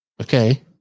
Okay